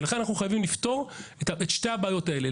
ולכן אנחנו חייבים לפתור את שתי הבעיות האלה,